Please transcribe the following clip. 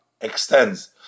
extends